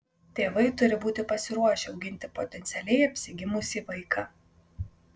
tėvai turi būti pasiruošę auginti potencialiai apsigimusį vaiką